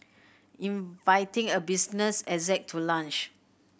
inviting a business exec to lunch